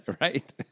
right